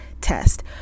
test